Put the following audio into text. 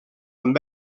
amb